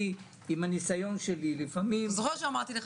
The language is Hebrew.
הניסיון שלי הוא